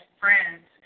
friends